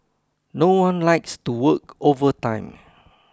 no one likes to work overtime